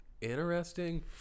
interesting